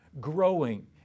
growing